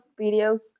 videos